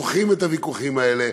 דוחים את הוויכוחים האלה,